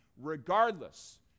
Regardless